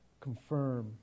confirm